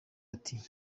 ati